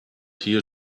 here